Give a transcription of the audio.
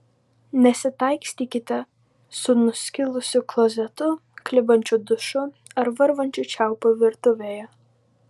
nesitaikstykite su nuskilusiu klozetu klibančiu dušu ar varvančiu čiaupu virtuvėje